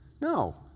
No